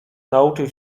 nauczył